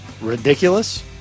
Ridiculous